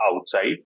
outside